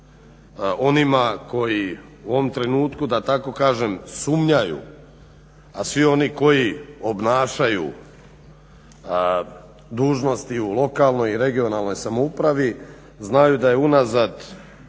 onima koji u ovom trenutku da tako kažem sumnjaju, a svi oni koji obnašaju dužnost i u lokalnoj i u regionalnoj samoupravi znaju da je unazad